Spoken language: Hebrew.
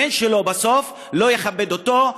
הבן שלו בסוף לא יכבד אותו,